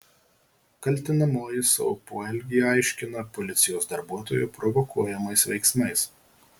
kaltinamoji savo poelgį aiškina policijos darbuotojo provokuojamais veiksmais